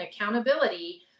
accountability